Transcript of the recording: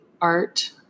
Art